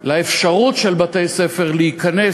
לאפשרות של בתי-ספר להיכנס